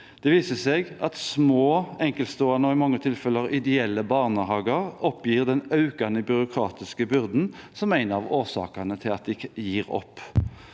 Det viser seg at små, enkeltstående og i mange tilfeller ideelle barnehager oppgir den økende byråkratiske byrden som en av årsakene til at de gir opp.